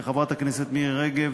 חברת הכנסת מירי רגב,